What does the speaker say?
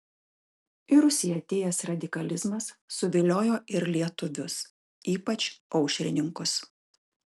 į rusiją atėjęs radikalizmas suviliojo ir lietuvius ypač aušrininkus